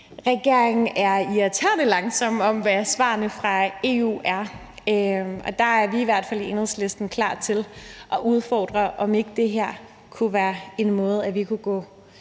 regeringen er irriterende langsomme, med hensyn til hvad svarene fra EU er, og der er vi i hvert fald i Enhedslisten klar til at udfordre, om ikke det her kunne være en måde, vi kunne gå